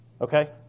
Okay